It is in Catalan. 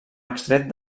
extret